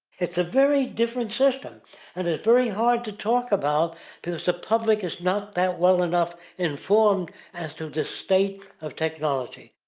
it's a very different system and it's very hard to talk about because the public is not that well enough informed as to the state of technology.